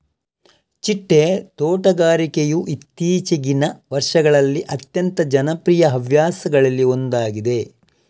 ಚಿಟ್ಟೆ ತೋಟಗಾರಿಕೆಯು ಇತ್ತೀಚಿಗಿನ ವರ್ಷಗಳಲ್ಲಿ ಅತ್ಯಂತ ಜನಪ್ರಿಯ ಹವ್ಯಾಸಗಳಲ್ಲಿ ಒಂದಾಗಿದೆ